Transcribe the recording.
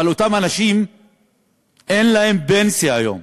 אבל אין להם פנסיה היום.